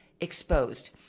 Exposed